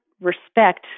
respect